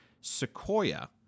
Sequoia